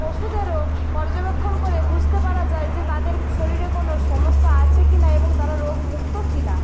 পশুদেরও পর্যবেক্ষণ করে বুঝতে পারা যায় যে তাদের শরীরে কোনো সমস্যা আছে কি না এবং তারা রোগমুক্ত কি না